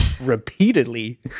repeatedly